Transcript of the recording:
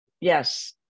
Yes